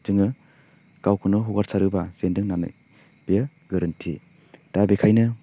जोङो गावखौनो हगारसारोबा जेन्दों होननानै बेयो गोरोन्थि दा बेखायनो